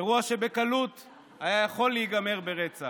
אירוע שבקלות היה יכול להיגמר ברצח.